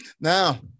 Now